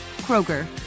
Kroger